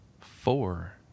four